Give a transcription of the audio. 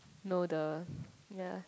no the yes